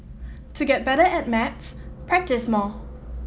to get better at maths practise more